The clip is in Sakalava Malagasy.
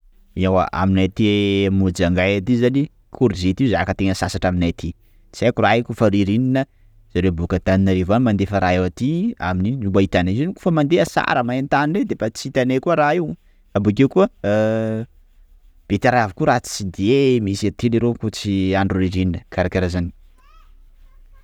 Iewa, aminay aty Mojainga aty zany korzety io zaka tena sasatra aminay aty, tsy haiko raha io koafa ririna, zareo boaka a Antananarivo any mandefa raha io aty aminy iny no mba ahitanay izy io, koafa mandeha ahatsara may tany reny reny de efa tsy hitany koa raha io. _x000D_ Ah bokeo koa ah beterave koa raha tsy de misy aty leroa koa tsy andro ririnina, karakara zany.